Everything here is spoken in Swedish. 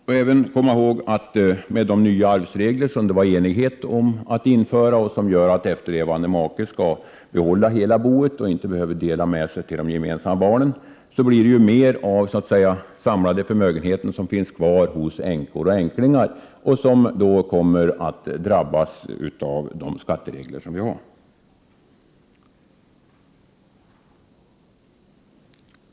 Vi bör även komma ihåg att med de nya arvsregler som det var enighet om att införa och som gör att efterlevande make får behålla hela boet och inte behöver dela med sig till de gemensamma barnen, blir mera av den samlade förmögenheten kvar hos änkor och änklingar som då kommer att drabbas av de skatteregler som vi har.